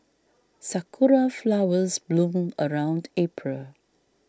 sakura flowers bloom around April